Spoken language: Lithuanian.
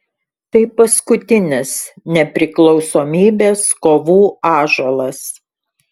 tai paskutinis nepriklausomybės kovų ąžuolas